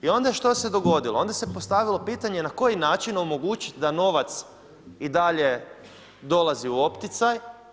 I onda što se dogodilo, onda se postavilo pitanje, na koji način omogućit da novac i dalje dolazi u opticaj.